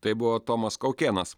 tai buvo tomas kaukėnas